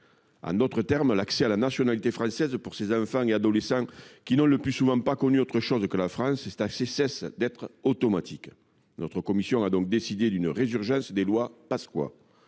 En d’autres termes, l’accès à la nationalité française pour ces enfants et adolescents qui n’ont, le plus souvent, pas connu autre chose que la France cesserait d’être automatique. Notre commission a donc décidé de faire renaître les lois Pasqua.